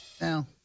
now